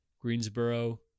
Greensboro